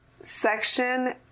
section